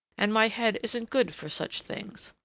and my head isn't good for such things.